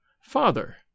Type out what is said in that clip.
Father